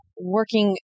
working